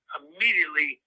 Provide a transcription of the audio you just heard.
immediately